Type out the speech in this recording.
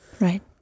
right